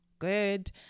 good